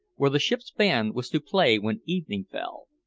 where the ship's band was to play when evening fell,